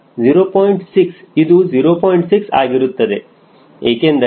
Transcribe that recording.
6 ಆಗಿರುತ್ತದೆ ಏಕೆಂದರೆ sin 30 ಯು 0